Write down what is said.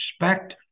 respect